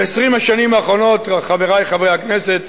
ב-20 השנים האחרונות, חברי חברי הכנסת,